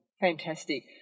Fantastic